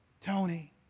Tony